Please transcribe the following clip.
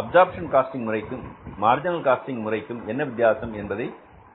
absorption costing முறைக்கும் marginal costing முறைக்கும் என்ன வித்தியாசம் என்பதை